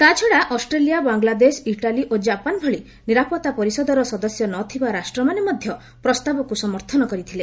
ତା'ଛଡା Australia Bangladesh Italy ଓ Japan ଭଳି ନିରାପତ୍ତା ପରିଷଦର ସଦସ୍ୟ ନ ଥିବା ରାଷ୍ଟ୍ରମାନେ ମଧ୍ୟ ପ୍ରସ୍ତାବକୁ ସମର୍ଥନ କରିଥିଲେ